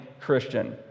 Christian